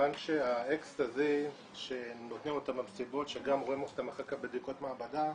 מכיוון שהאקסטזי שנותנים אותו במסיבות וגם רואים אחר כך בבדיקות מעבדה,